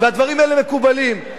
והדברים האלה מקובלים.